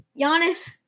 Giannis